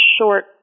short